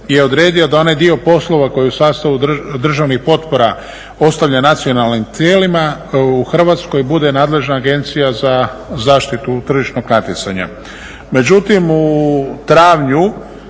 je odredio da onaj dio poslova koji je u sastavu državnih potpora ostavlja nacionalnim tijelima u Hrvatskoj bude nadležna Agencija za zaštitu tržišnog natjecanja. Međutim, u travnju